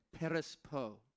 perispo